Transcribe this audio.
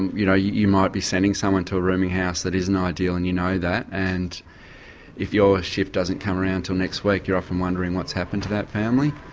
and you know you might be sending someone to a rooming house that isn't ideal and you know that, and if your shift doesn't come round until next week you're often wondering what's happened to that family.